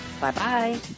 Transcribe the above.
Bye-bye